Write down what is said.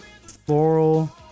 floral